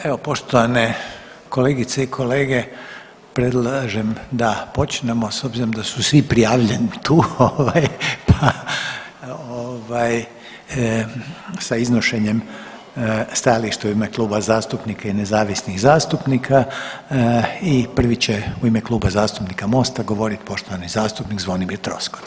Evo poštovane kolegice i kolege, predlažem da počnemo s obzirom da su svi prijavljeni tu, pa ovaj sa iznošenjem stajališta u ime Kluba zastupnika i nezavisnih zastupnika i prvi će u ime Kluba zastupnika MOST-a govoriti poštovani zastupnik Zvonimir Troskot.